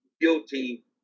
guilty